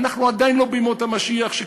אנחנו עדיין לא בימות המשיח,